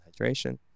hydration